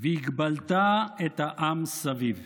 "והגבלת את העם סביב".